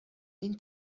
این